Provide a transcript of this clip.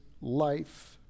life